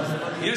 לעזור לבועז יוסף.